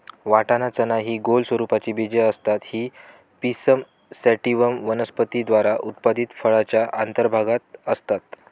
वाटाणा, चना हि गोल स्वरूपाची बीजे असतात ही पिसम सॅटिव्हम वनस्पती द्वारा उत्पादित फळाच्या अंतर्भागात असतात